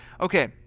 Okay